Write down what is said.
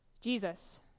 Jesus